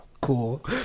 Cool